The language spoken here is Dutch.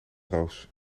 roos